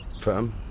firm